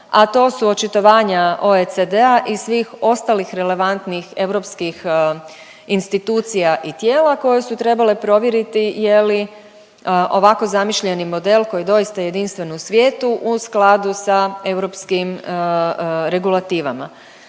a to su očitovanja OECD-a i svih ostalih relevantnih europskih institucija i tijela koje su trebale provjeriti je li ovako zamišljeni model koji je doista jedinstven u svijetu, u skladu sa europskim regulativama.